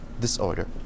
disorder